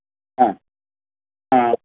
ആ ആ